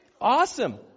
Awesome